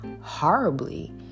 horribly